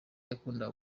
yakundaga